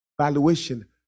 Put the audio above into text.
valuation